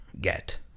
get